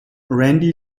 randy